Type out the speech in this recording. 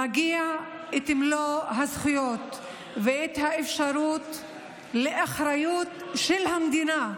מגיעות מלוא הזכויות והאפשרות לאחריות של המדינה,